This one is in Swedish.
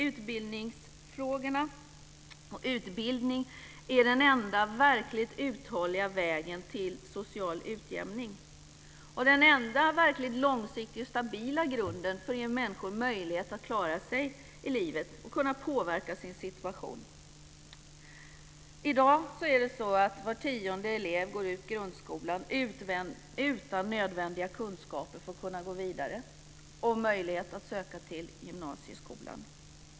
Utbildning är den enda verkligt uthålliga vägen till social utjämning och den enda verkligt långsiktiga och stabila grunden för att ge människor möjlighet att klara sig i livet och kunna påverka sin situation. I dag går var tionde elev ut grundskolan utan nödvändiga kunskaper och möjlighet att gå vidare och söka till gymnasieskolan.